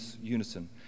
unison